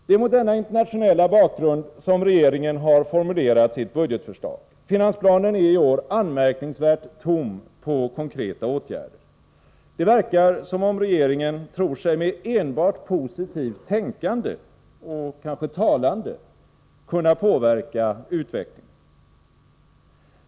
Det är mot denna internationella bakgrund som regeringen har formulerat sitt budgetförslag. Finansplanen är i år anmärkningsvärt tom på konkreta åtgärder. Det verkar som om regeringen tror sig med enbart positivt tänkande — och kanske talande — kunna påverka utvecklingen.